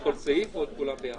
סעיף או על כולם ביחד?